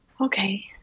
okay